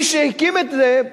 מי שהקים את זה,